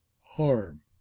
harm